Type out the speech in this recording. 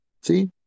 see